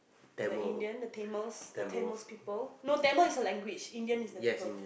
the Indian the Tamil the Tamil people not Tamil is a language Indian is a people